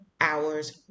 hours